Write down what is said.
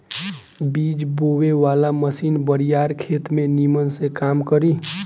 बीज बोवे वाला मशीन बड़ियार खेत में निमन से काम करी